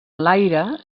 l’aire